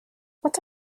what